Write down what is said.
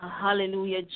hallelujah